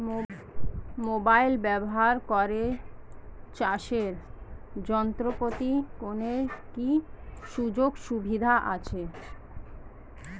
Mobile ব্যবহার করে চাষের যন্ত্রপাতি কেনার কি সুযোগ সুবিধা আছে?